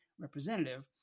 representative